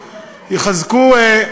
יחזקו,